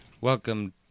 Welcome